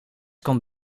komt